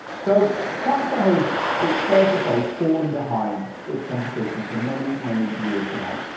so traktor has, it's fair to say fallen behind its competition for many many years now.